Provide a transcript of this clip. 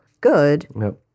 good